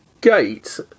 gate